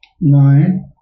Nine